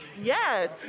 Yes